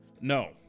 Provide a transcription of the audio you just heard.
No